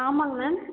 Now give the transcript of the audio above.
ஆமாங்க மேம்